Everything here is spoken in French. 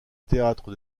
théâtre